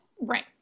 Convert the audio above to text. Right